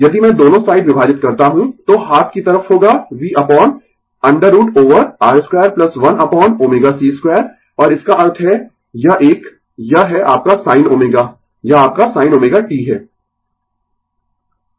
यदि मैं दोनों साइड विभाजित करता हूं तो हाथ की तरफ होगा v upon √ over R 2 1 upon ω c 2 और इसका अर्थ है यह एक यह है आपका sin ω यह आपका sin ω t है